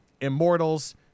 Immortals